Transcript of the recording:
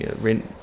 rent